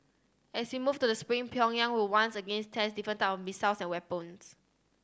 as we move to the spring Pyongyang will once again test different type of missiles and weapons